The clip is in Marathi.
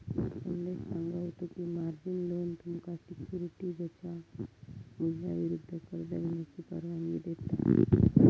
संदेश सांगा होतो की, मार्जिन लोन तुमका सिक्युरिटीजच्या मूल्याविरुद्ध कर्ज घेण्याची परवानगी देता